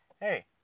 hey